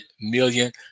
million